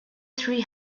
three